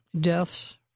deaths